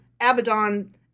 Abaddon